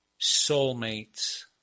soulmates